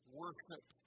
worship